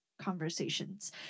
conversations